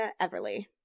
Everly